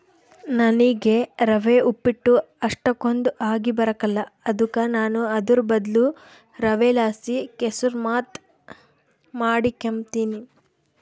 ನನಿಗೆ ರವೆ ಉಪ್ಪಿಟ್ಟು ಅಷ್ಟಕೊಂದ್ ಆಗಿಬರಕಲ್ಲ ಅದುಕ ನಾನು ಅದುರ್ ಬದ್ಲು ರವೆಲಾಸಿ ಕೆಸುರ್ಮಾತ್ ಮಾಡಿಕೆಂಬ್ತೀನಿ